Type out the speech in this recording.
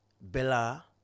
Bella